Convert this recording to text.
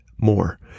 more